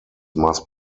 must